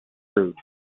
rude